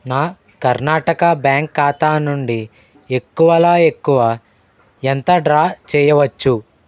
నా కర్ణాటక బ్యాంక్ ఖాతా నుండి ఎక్కువల ఎక్కువ ఎంత డ్రా చేయవచ్చు